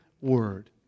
word